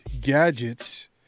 gadgets